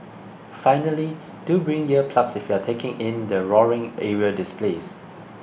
finally do bring ear plugs if you are taking in the roaring aerial displays